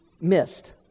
missed